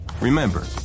Remember